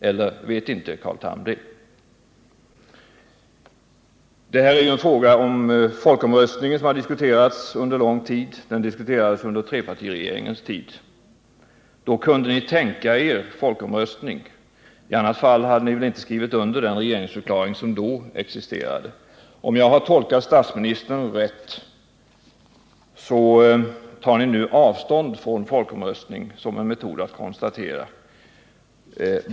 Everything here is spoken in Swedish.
Eller vet inte Carl Tham det? Frågan om en folkomröstning har diskuterats under lång tid. Den diskuterades under trepartiregeringens tid. Då kunde ni tänka er folkomröstning. I annat fall hade ni väl inte skrivit under den regeringsförklaring som då existerade. Om jag har tolkat statsministern rätt tar ni nu avstånd från folkomröstning som metod.